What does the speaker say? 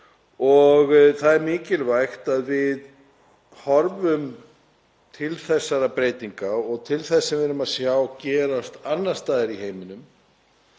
og það er mikilvægt að við horfum til þessara breytinga og þess sem við sjáum gerast annars staðar í heiminum